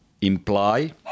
imply